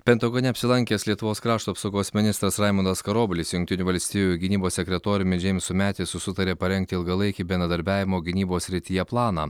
pentagone apsilankęs lietuvos krašto apsaugos ministras raimundas karoblis su jungtinių valstijų gynybos sekretoriumi džeimsu metisu sutarė parengti ilgalaikį bendradarbiavimo gynybos srityje planą